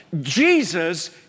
Jesus